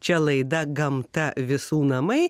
čia laida gamta visų namai